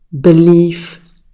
belief